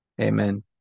amen